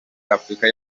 afurika